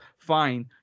Fine